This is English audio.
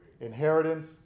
inheritance